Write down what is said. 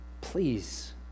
Please